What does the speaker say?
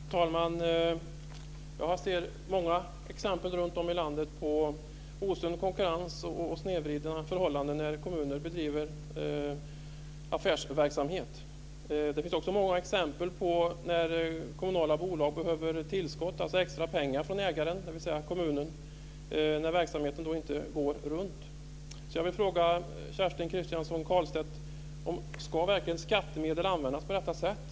Fru talman! Jag ser många exempel runtom i landet på osund konkurrens och snedvridna förhållanden när kommuner bedriver affärsverksamhet. Det finns också många exempel på kommunala bolag som behöver tillskott, alltså extra pengar från ägaren, dvs. kommunen, när verksamheten inte går runt. Jag vill fråga Kerstin Kristiansson Karlstedt: Ska verkligen skattemedel användas på detta sätt?